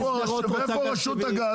איפה רשות הגז?